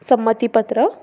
संमतीपत्र